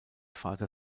vater